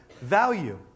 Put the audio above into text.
value